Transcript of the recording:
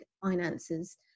finances